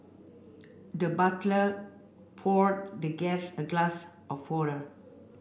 the butler poured the guest a glass of water